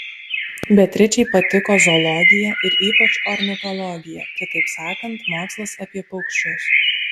beatričei patiko zoologija ir ypač ornitologija kitaip sakant mokslas apie paukščius